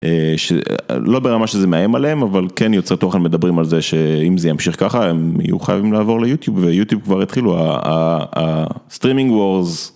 לא ברמה שזה מאיים עליהם אבל כן יוצרי תוכן מדברים על זה שאם זה ימשך ככה הם יוכלים לעבור ליוטיוב ויוטיוב כבר התחילו. הסטרימינג רוז